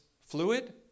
fluid